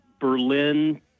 Berlin